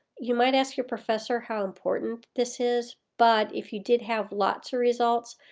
you might ask your professor how important this is, but if you did have lots of results,